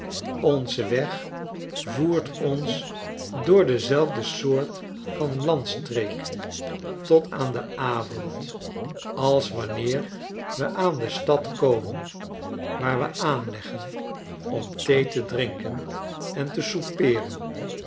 onze weg voert ons door dezelfde soort van landstreek tot aan den avond als wanneer we aan de stadkomen waar we aanleggen om thee te drinken en te soupeeren